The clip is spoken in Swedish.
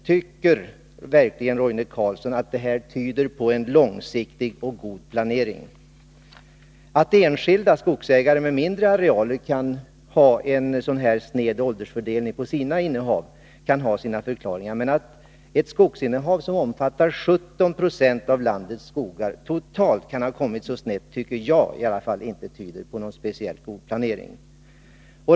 Tycker verkligen Roine Carlsson att detta tyder på en långsiktig och god planering? Det kan finnas förklaringar till att enskilda skogsägare med mindre arealer kan ha en sådan här sned åldersfördelning på sina innehav, men att ett skogsinnehav som omfattar 17 26 av landets skogar totalt kan ha kommit så snett tycker jag inte tyder på någon speciellt god planering.